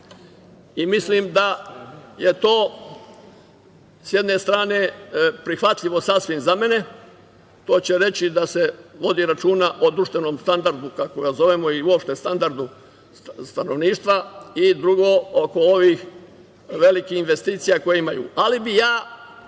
i mislim da je to sa jedne strane prihvatljivo sasvim za mene, to će reći da se vodi računa o društvenom standardu kako to zovemo i uopšte standardu stanovništva, i drugo oko ovih velikih investicija koje imaju. Ali, ja